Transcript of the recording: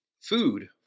food